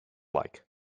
like